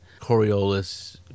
Coriolis